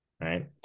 right